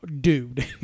dude